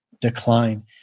decline